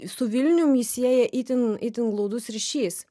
su vilnium jį sieja itin itin glaudus ryšys